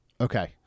Okay